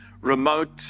Remote